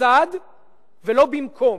לצד ולא במקום.